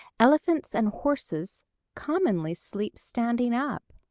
elephants and horses commonly sleep standing up.